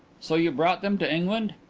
so you brought them to england?